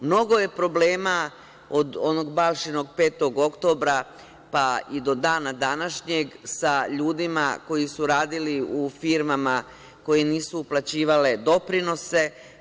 Mnogo je problema od onog Balšinog 5. oktobra, pa i do dana današnjeg sa ljudima koji su radili u firmama koje nisu uplaćivale doprinose.